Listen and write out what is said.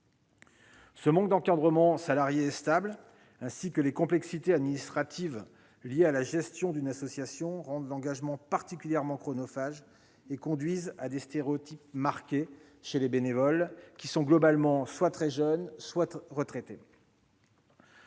Ce manque d'encadrement salarié et stable ainsi que les complexités administratives liées à la gestion d'une association rendent l'engagement particulièrement chronophage et conduisent à des stéréotypes marqués chez les bénévoles, qui sont globalement soit très jeunes, soit retraités.